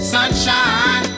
Sunshine